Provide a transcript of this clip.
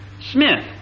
Smith